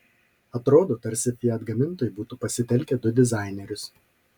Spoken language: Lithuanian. atrodo tarsi fiat gamintojai būtų pasitelkę du dizainerius